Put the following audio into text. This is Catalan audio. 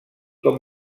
com